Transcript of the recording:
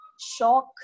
shock